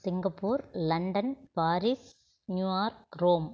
Singapore London Paris New York Rome